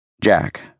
Jack